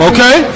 Okay